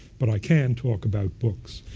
but i can talk about books.